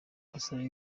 gusaba